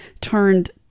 turned